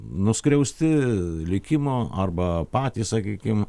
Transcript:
nuskriausti likimo arba patys sakykim